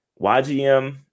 YGM